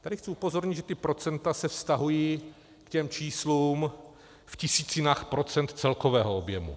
Tady chci upozornit, že ta procenta se vztahují k těm číslům v tisícinách procent celkového objemu.